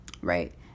right